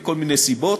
מכל מיני סיבות.